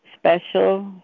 special